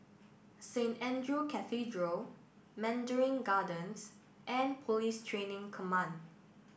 Saint Andrew Cathedral Mandarin Gardens and Police Training Command